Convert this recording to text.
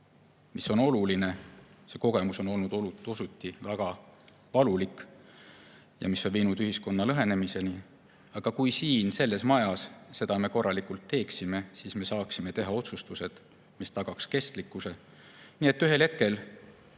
mis on oluline. See kogemus on olnud osati väga valulik ja on viinud ühiskonna lõhenemiseni. Aga kui me siin selles majas seda korralikult teeksime, siis me saaksime teha otsustusi, mis tagaks kestlikkuse. Siis me ühel hetkel,